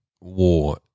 war